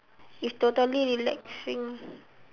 if totally relaxing